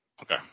Okay